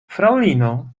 fraŭlino